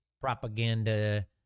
propaganda